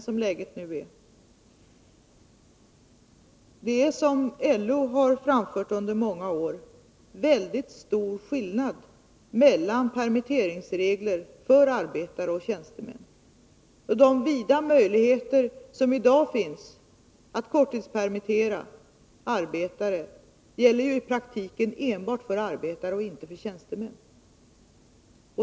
Som LO har framfört under många år är det väldigt stor skillnad mellan permitteringsreglerna för arbetare och för tjänstemän. De vida möjligheter som i dag finns att korttidspermittera arbetare gäller i praktiken enbart för arbetare men inte för tjänstemän.